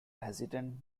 hesitant